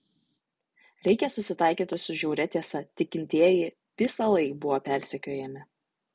reikia susitaikyti su žiauria tiesa tikintieji visąlaik buvo persekiojami